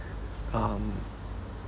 um